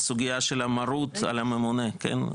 הסוגייה של המרות על הממונה, כן?